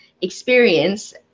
experience